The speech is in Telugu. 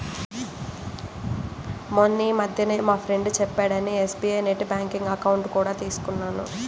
మొన్నీమధ్యనే మా ఫ్రెండు చెప్పాడని ఎస్.బీ.ఐ నెట్ బ్యాంకింగ్ అకౌంట్ కూడా తీసుకున్నాను